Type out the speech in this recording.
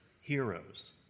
heroes